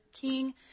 king